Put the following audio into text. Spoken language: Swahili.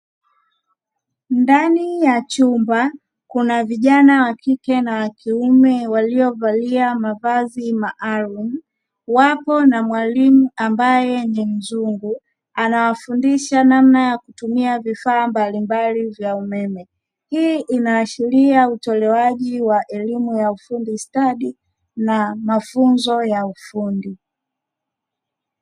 Ndani ya chumba kuna vijana wakike na wakiume waliovalia mavazi maalumu wapo na mwalimu ambaye ni mzungu anawafundisha namna ya kutumia vifaa mbalimbali vya umeme, hii inaashiria utolewaji wa elimu ya ufundi stadi na mafunzo ya ufundi.